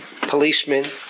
policemen